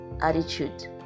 attitude